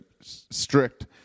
strict